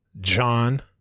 john